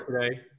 today